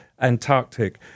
Antarctic